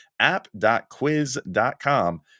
app.quiz.com